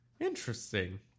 Interesting